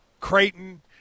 Creighton